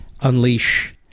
unleash